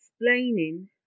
explaining